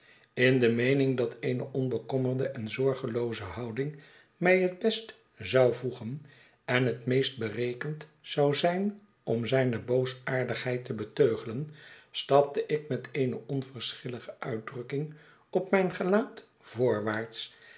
in de meening dat eene onbekommerde en zorgelooze houding mij het best zou voegen en het meest berekend zou zijn om zijne boosaardigheid te beteugelen stapte ik met eene onverschilige uitdrukking op mijn gelaat voorwaarts